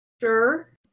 Sure